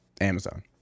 Amazon